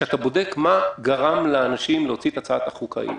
כשאתה בודק מה גרם לאנשים להוציא את הצעת החוק ההיא,